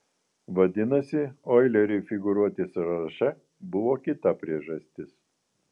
vadinasi oileriui figūruoti sąraše buvo kita priežastis